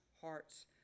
hearts